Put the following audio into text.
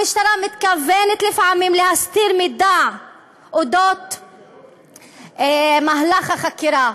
המשטרה מתכוונת לפעמים להסתיר מידע על מהלך החקירה,